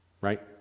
Right